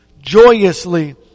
joyously